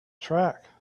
track